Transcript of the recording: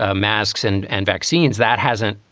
ah masks and and vaccines, that hasn't.